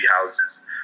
houses